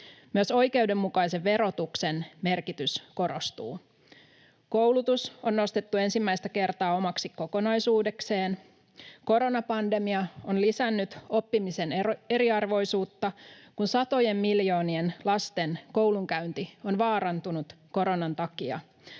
Myös oikeudenmukaisen verotuksen merkitys korostuu. Koulutus on nostettu ensimmäistä kertaa omaksi kokonaisuudekseen. Koronapandemia on lisännyt oppimisen eriarvoisuutta, kun satojen miljoonien lasten koulunkäynti on vaarantunut koronan takia.